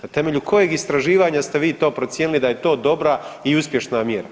Na temelju kojeg istraživanja ste vi to procijenili da je to dobra i uspješna mjera?